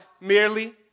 merely